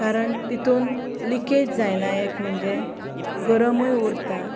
कारण तितून लिकेज जायना एक म्हणजे गरमूय उरता